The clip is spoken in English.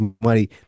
money